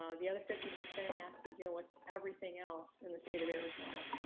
um the other fifty percent has to deal with everything else in the state of arizona.